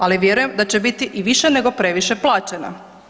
Ali vjerujem da će biti i više nego previše plaćena.